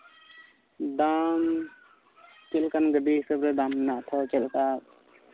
ᱵᱟᱝ ᱪᱮᱫ ᱞᱮᱠᱟᱱᱟᱜ ᱜᱟᱹᱰᱤ ᱦᱤᱥᱟᱹᱵᱽ ᱛᱮ ᱫᱟᱢ ᱢᱮᱱᱟᱜ ᱟᱛᱚ ᱪᱮᱫ ᱞᱮᱠᱟ